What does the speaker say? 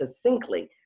succinctly